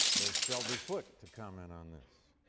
there's shelby foote to comment on this.